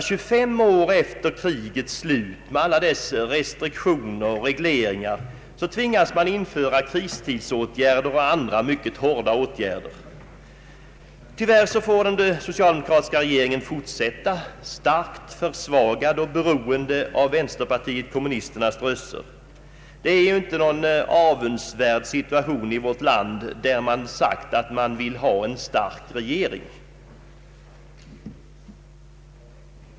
25 år efter krigets slut, med alla dess restriktioner och regleringar, tvingas man införa kristidsåtgärder och andra mycket hårda åtgärder. Tyvärr får den socialdemokratiska regeringen fortsätta, starkt försvagad och beroende av vänsterpartiet kommunisternas röster. Det är inte någon avundsvärd situation i vårt land, där man sagt sig vilja ha en stark regering.